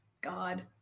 God